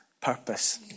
purpose